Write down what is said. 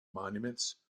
monuments